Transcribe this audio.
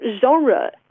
genre